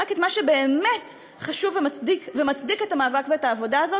רק מה שבאמת חשוב ומצדיק את המאבק ואת העבודה הזאת.